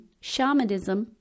shamanism